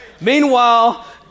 Meanwhile